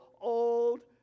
old